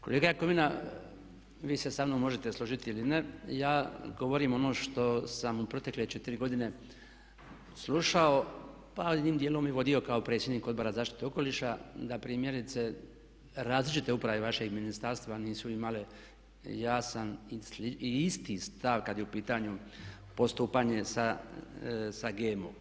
Kolega Jakovina vi se samnom možete složiti ili ne, ja govorim ono što sam u protekle 4 godine slušao pa jednim dijelom i vodio kao predsjednik Odbora za zaštitu okoliša da primjerice različite uprave vašeg ministarstva nisu imale jasan i isti stav kada je u pitanju postupanje sa GMO.